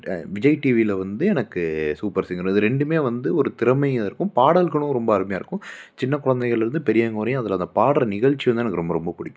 விஜய் டிவில வந்து எனக்கு சூப்பர் சிங்கர் இது ரெண்டுமே வந்து ஒரு திறமையும் இருக்கும் பாடல்களும் ரொம்ப அருமையாக இருக்கும் சின்ன குழந்தைங்கள்லேருந்து பெரியவங்கள் வரையும் அதில் அந்த பாடுற நிகழ்ச்சி வந்து எனக்கு ரொம்ப ரொம்ப பிடிக்கும்